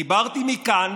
דיברתי מכאן